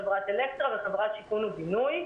חברת "אלקטרה" וחברת "שיכון ובינוי",